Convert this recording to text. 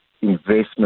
investment